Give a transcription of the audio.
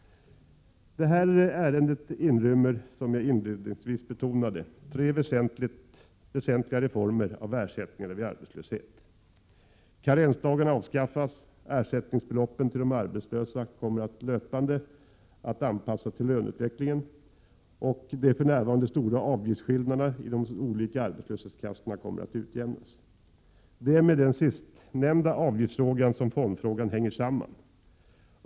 Det här ärendet inrymmer, som jag inledningsvis betonade, tre väsentliga reformer av ersättningarna vid arbetslöshet: karensdagarna avskaffas, ersättningsbeloppen till de arbetslösa kommer löpande att anpassas till löneutvecklingen och de för närvarande stora avgiftsskillnaderna i de olika arbetslöshetskassorna kommer att utjämnas. Det är med den sistnämnda avgiftsfrågan som fondfrågan hänger samman.